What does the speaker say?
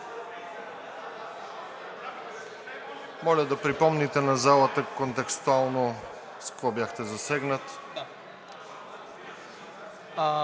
Моля да припомните на залата контекстуално с какво бяхте засегнат.